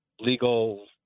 legal